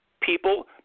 people